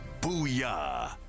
Booyah